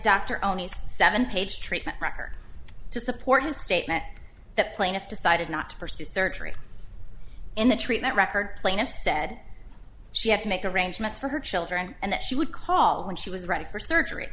oni's seven page treatment record to support his statement the plaintiff decided not to pursue surgery in the treatment record plaintiff said she had to make arrangements for her children and that she would call when she was ready for surgery